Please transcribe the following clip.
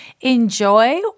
enjoy